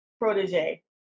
protege